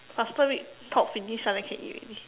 faster we talk finish ah then can eat already